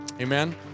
Amen